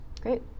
Great